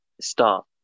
start